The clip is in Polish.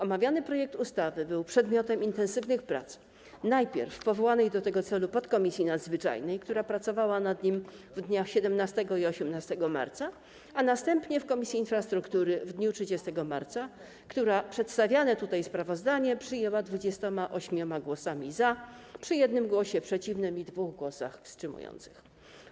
Omawiany projekt ustawy był przedmiotem intensywnych prac najpierw w powołanej do tego celu podkomisji nadzwyczajnej, która pracowała nad nim w dniach 17 i 18 marca, a następnie w Komisji Infrastruktury w dniu 30 marca, która przyjęła przedstawiane tutaj sprawozdanie 28 głosami za przy 1 głosie przeciwnym i 2 głosach wstrzymujących się.